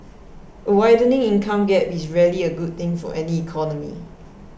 a widening income gap is rarely a good thing for any economy